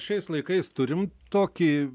šiais laikais turim tokį